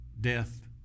death